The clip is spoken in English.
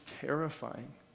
terrifying